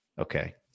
Okay